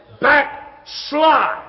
backslide